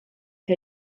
que